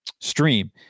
stream